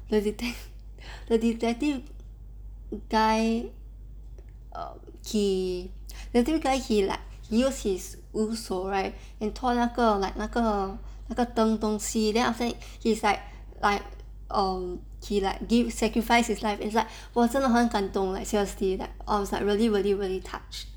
the detect~ the detective guy um he the detective guy he like use his right and toy 那个 like 那个那个灯东西 then after that he is like like um he like giv~ sacrifice his life it's like 我真的很感动 like seriously I was like really really really touched